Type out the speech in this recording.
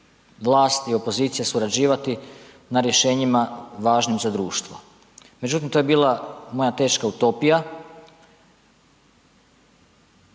vlasti i opozicija surađivati na rješenjima važnim za društvo. Međutim, to je bila moja teška utopija,